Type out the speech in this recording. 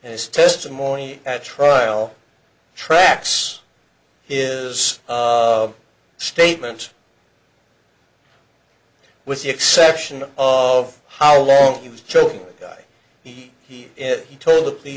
his testimony at trial tracks is a statement with the exception of how long he was joking guy he he he told